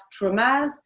traumas